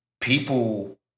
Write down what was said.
People